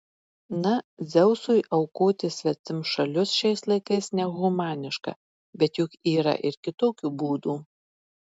na dzeusui aukoti svetimšalius šiais laikais nehumaniška bet juk yra ir kitokių būdų